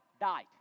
died